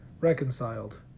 reconciled